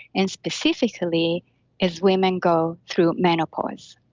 and specifically as women go through menopause.